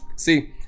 See